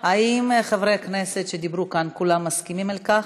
האם חברי הכנסת שדיברו כאן, כולם מסכימים לכך?